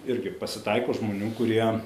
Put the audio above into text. irgi pasitaiko žmonių kurie